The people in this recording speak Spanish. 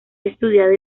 estudiado